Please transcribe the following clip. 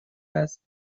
است